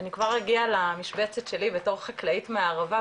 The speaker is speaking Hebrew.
אני כבר אגיע למשבצת שלי בתור חקלאית מהערבה,